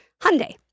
Hyundai